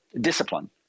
discipline